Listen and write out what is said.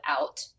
out